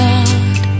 God